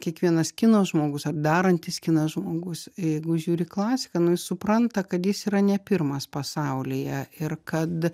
kiekvienas kino žmogus ar darantis kiną žmogus jeigu jis žiūri klasiką nu jis supranta kad jis yra ne pirmas pasaulyje ir kad